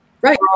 Right